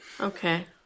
Okay